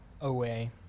away